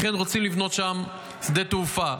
לכן רוצים לבנות שם שדה תעופה,